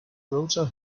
rotor